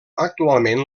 actualment